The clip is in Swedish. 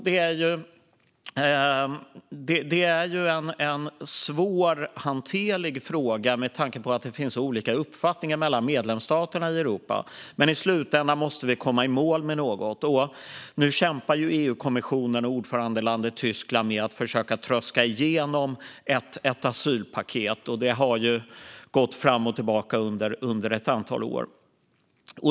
Det är en svårhanterlig fråga, med tanke på att det finns så olika uppfattningar mellan medlemsstaterna i Europa, men i slutändan måste vi komma i mål med något. Nu kämpar EU-kommissionen och ordförandelandet Tyskland med att försöka tröska igenom ett asylpaket. Det har gått fram och tillbaka under ett antal år.